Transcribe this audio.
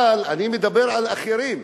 אבל אני מדבר על אחרים,